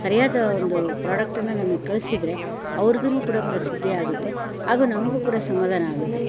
ಸರಿಯಾದ ಒಂದು ಪ್ರಾಡಕ್ಟನ್ನು ನಮಗ್ ಕಳಿಸಿದ್ರೆ ಅವ್ರ್ದೂ ಕೂಡ ಪ್ರಸಿದ್ಧಿ ಆಗುತ್ತೆ ಹಾಗೂ ನಮಗೂ ಕೂಡ ಸಮಾಧಾನ ಆಗುತ್ತೆ